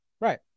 Right